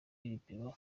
n’ibipimo